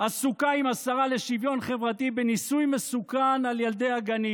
עסוקה עם השרה לשוויון חברתי בניסוי מסוכן על ילדי הגנים.